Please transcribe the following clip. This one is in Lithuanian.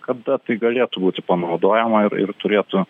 kada tai galėtų būti panaudojama ir ir turėtų